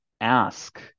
ask